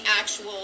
actual